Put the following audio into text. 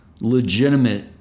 legitimate